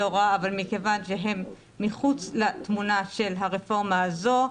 ההוראה אבל מכיוון שהם מחוץ לתמונה של הרפורמה הזאת,